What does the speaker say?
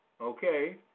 Okay